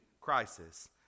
crisis